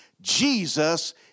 Jesus